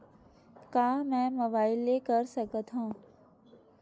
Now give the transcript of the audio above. का मै मोबाइल ले कर सकत हव?